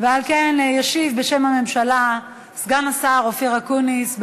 על כן ישיב בשם הממשלה סגן השר אופיר אקוניס.